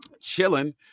chilling